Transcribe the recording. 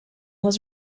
was